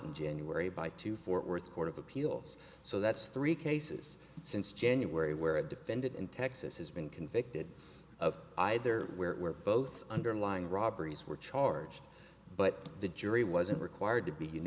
in january by two fort worth court of appeals so that's three cases since january where a defendant in texas has been convicted of either where were both underlying robberies were charged but the jury wasn't required to be